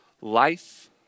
life